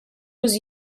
was